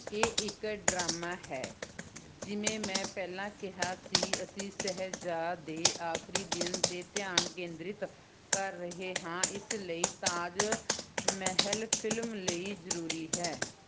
ਇਹ ਇੱਕ ਡਰਾਮਾ ਹੈ ਜਿਵੇਂ ਮੈਂ ਪਹਿਲਾਂ ਕਿਹਾ ਸੀ ਅਸੀਂ ਸ਼ਾਹਜਹਾਂ ਦੇ ਆਖ਼ਰੀ ਦਿਨਾਂ 'ਤੇ ਧਿਆਨ ਕੇਂਦਰਿਤ ਕਰ ਰਹੇ ਹਾਂ ਇਸ ਲਈ ਤਾਜ ਮਹਿਲ ਫਿਲਮ ਲਈ ਜ਼ਰੂਰੀ ਹੈ